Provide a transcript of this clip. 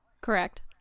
Correct